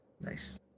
Nice